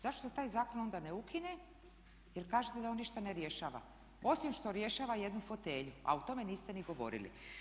Zašto se taj zakon onda ne ukine, jer kažete da on ništa ne rješava, osim što rješava jednu fotelju, a o tome niste ni govorili.